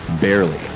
Barely